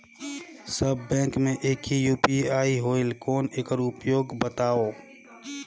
सब bank मे एक ही यू.पी.आई होएल कौन एकर उपयोग बताव?